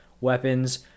weapons